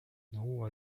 known